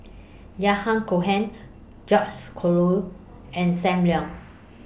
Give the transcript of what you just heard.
Yahya Cohen George's Collyer and SAM Leong